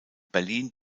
berlin